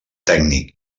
tècnic